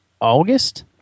August